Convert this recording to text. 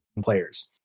players